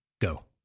go